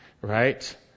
Right